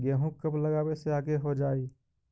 गेहूं कब लगावे से आगे हो जाई?